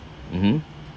mmhmm